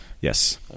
yes